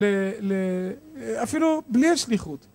אפילו בלי השליחות